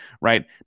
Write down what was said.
right